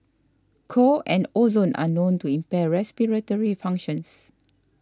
co and ozone are known to impair respiratory functions